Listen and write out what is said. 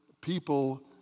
people